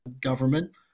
government